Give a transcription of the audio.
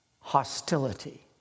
hostility